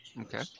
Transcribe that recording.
Okay